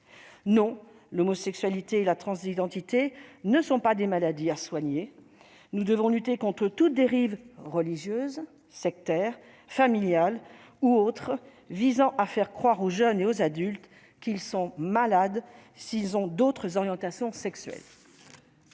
Non, l'homosexualité et la transidentité ne sont pas des maladies à soigner. Nous devons lutter contre toute dérive religieuse, sectaire, familiale ou autre visant à faire croire aux jeunes et aux adultes qu'ils sont malades parce qu'ils ont d'autres orientations sexuelles.